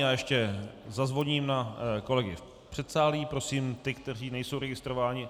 Já ještě zazvoním na kolegy v předsálí, prosím ty, kteří nejsou registrováni.